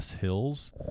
hills